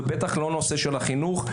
ובטח לא לנושא של החינוך.